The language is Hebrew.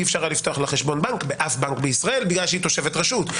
ואי אפשר היה לפתוח לה חשבון בנק באף בנק בישראל בגלל שהיא תושבת רשות.